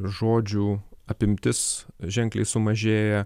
žodžių apimtis ženkliai sumažėja